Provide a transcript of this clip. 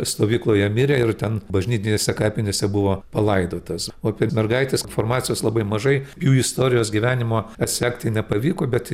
stovykloje mirė ir ten bažnytinėse kapinėse buvo palaidotas o apie mergaites informacijos labai mažai jų istorijos gyvenimo atsekti nepavyko bet